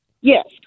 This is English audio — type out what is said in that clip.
Yes